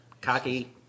cocky